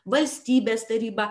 valstybės taryba